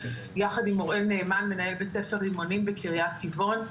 יחד עם אוראל נאמן מנהל בית הספר רימונים בקרית טבעון.